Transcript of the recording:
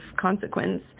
consequence